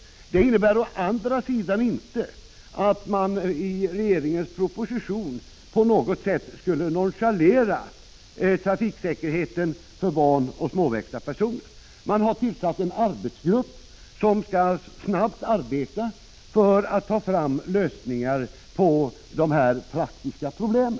Det innebär å andra sidan inte att man i regeringens proposition på något sätt nonchalerar trafiksäkerheten för barn och småväxta personer. Regeringen har tillsatt en arbetsgrupp som snabbt skall söka ta fram lösningar på dessa praktiska problem.